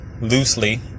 loosely